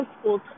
school